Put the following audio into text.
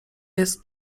jest